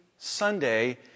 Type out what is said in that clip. Sunday